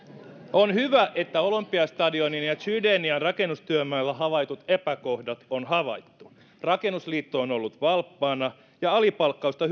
on hyvä että olympiastadionin ja chydenian rakennustyömailla havaitut epäkohdat on havaittu rakennusliitto on ollut valppaana ja alipalkkausta